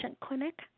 clinic